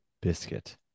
biscuit